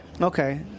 Okay